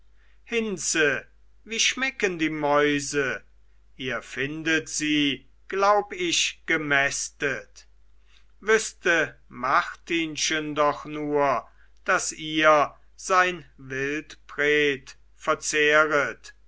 hinze wie schmecken die mäuse ihr findet sie glaub ich gemästet wüßte martinchen doch nur daß ihr sein wildbret verzehret